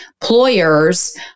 Employers